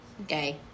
Okay